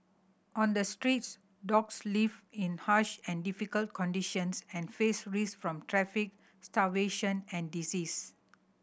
on the streets dogs live in harsh and difficult conditions and face risk from traffic starvation and disease